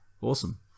awesome